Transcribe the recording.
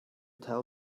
tell